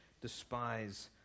despise